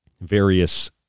various